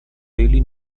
daily